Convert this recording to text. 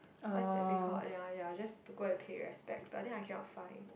what's that thing called ya ya just to go and pay respect but then I cannot find